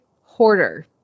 hoarder